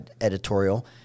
editorial